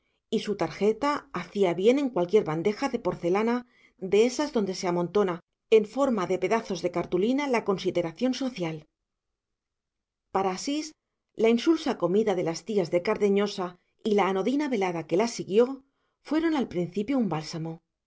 y su tarjeta hacía bien en cualquier bandeja de porcelana de esas donde se amontona en forma de pedazos de cartulina la consideración social para asís la insulsa comida de las tías de cardeñosa y la anodina velada que la siguió fueron al principio un bálsamo